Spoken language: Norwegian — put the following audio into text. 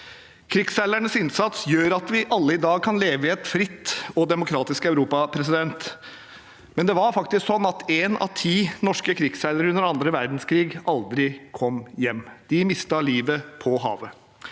Krigsseilernes innsats gjør at vi alle i dag kan leve i et fritt og demokratisk Europa. Det var faktisk sånn at én av ti norske krigsseilere under annen verdenskrig aldri kom hjem. De mistet livet på havet.